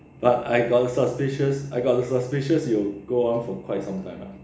but I got suspicious I got the suspicious you will go off for quite some time ah